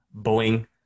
Boeing